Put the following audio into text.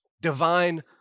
divine